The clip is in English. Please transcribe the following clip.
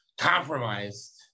compromised